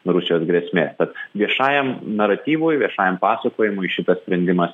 nuo rusijos grėsmė tad viešajam naratyvui viešajam pasakojimui šitas sprendimas